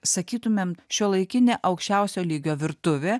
sakytumėm šiuolaikinė aukščiausio lygio virtuvė